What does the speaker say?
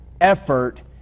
effort